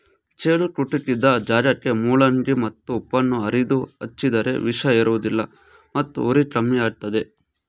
ಚೇಳು ಕುಟುಕಿದ ಜಾಗಕ್ಕೆ ಮೂಲಂಗಿ ಮತ್ತು ಉಪ್ಪನ್ನು ಅರೆದು ಹಚ್ಚಿದರೆ ವಿಷ ಏರುವುದಿಲ್ಲ ಮತ್ತು ಉರಿ ಕಮ್ಮಿಯಾಗ್ತದೆ